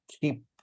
keep